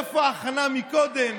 איפה ההכנה קודם?